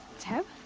teb?